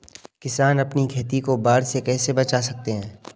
किसान अपनी खेती को बाढ़ से कैसे बचा सकते हैं?